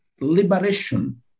liberation